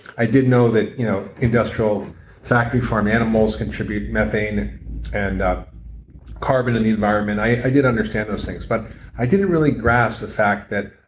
i did know that you know industrial factory farm animals contribute methane and carbon in the environment. i did understand those things, but i didn't really grasp the fact that